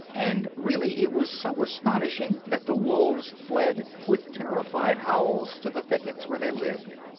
and really, it was so astonishing that the wolves fled with terrified howls to the thickets where they lived.